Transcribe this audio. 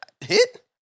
hit